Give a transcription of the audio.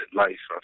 life